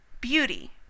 Beauty